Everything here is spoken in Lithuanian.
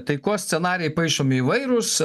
taikos scenarijai paišomi įvairūs